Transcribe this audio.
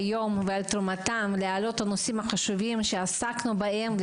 ועל תרומתם להעלאת הנושאים החשובים שעסקנו בהם.